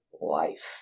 life